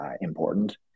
important